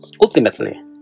Ultimately